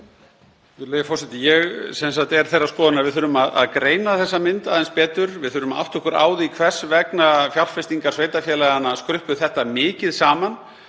Virðulegi forseti. Ég er þeirrar skoðunar að við þurfum að greina þessa mynd aðeins betur. Við þurfum að átta okkur á því hvers vegna fjárfestingar sveitarfélaganna skruppu þetta mikið saman,